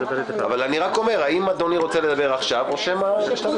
אני רק שואל אם אדוני רוצה לדבר עכשיו או אחר כך?